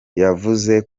yavuze